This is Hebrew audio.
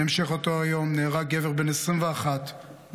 בהמשך אותו יום נהרג גבר בן, 21 גבר?